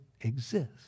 exist